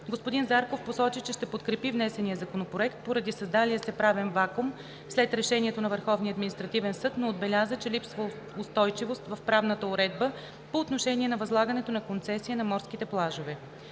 Господин Зарков посочи, че ще подкрепи внесения Законопроект поради създалия се правен вакуум след решението на Върховния административен съд, но отбеляза, че липсва устойчивост в правната уредба по отношение на възлагането на концесия на морските плажове.